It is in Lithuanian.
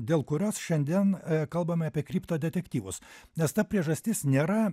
dėl kurios šiandien kalbame apie kripto detektyvus nes ta priežastis nėra